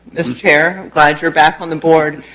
mr. chair, i'm glad you're back on the board.